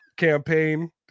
campaign